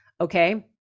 Okay